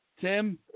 Tim